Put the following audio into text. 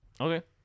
Okay